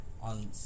on